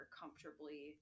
comfortably